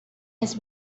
his